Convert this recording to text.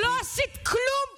לא עשית כלום פה.